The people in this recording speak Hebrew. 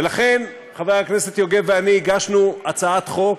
ולכן חבר הכנסת יוגב ואני הגשנו הצעת חוק